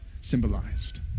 symbolized